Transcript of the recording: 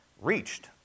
reached